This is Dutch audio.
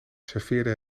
serveerde